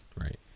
Right